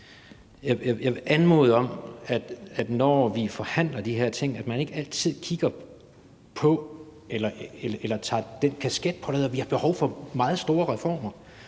bare anmode om, at vi, når vi forhandler de her ting, ikke altid tager den kasket på, der hedder, at vi har behov for meget store reformer.